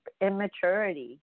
immaturity